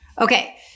Okay